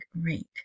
rate